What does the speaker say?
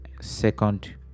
second